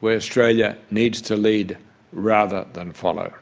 where australia needs to lead rather than follow.